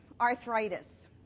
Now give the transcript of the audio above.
arthritis